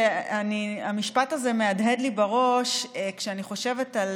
המשפט הזה מהדהד לי בראש כשאני חושבת על